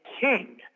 king